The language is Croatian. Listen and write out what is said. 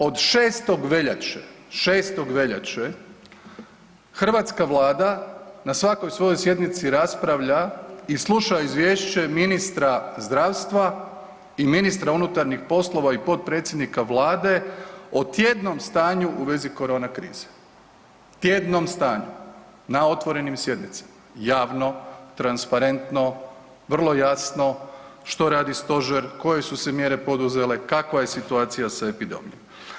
Od 6. veljače, 6. veljače hrvatska vlada na svakoj svojoj sjednici raspravlja i sluša izvješće ministra zdravstva i ministra unutarnjih poslova i potpredsjednika vlade o tjednom stanju u vezi korona krize, tjednom stanju na otvorenim sjednicama, javno, transparentno, vrlo jasno što radi stožer, koje su se mjere poduzele, kakva je situacija sa epidemijom.